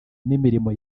n’imirimo